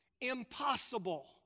impossible